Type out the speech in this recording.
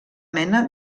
mena